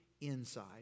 inside